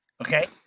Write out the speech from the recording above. Okay